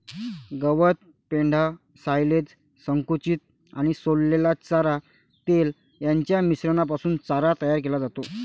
गवत, पेंढा, सायलेज, संकुचित आणि सोललेला चारा, तेल यांच्या मिश्रणापासून चारा तयार केला जातो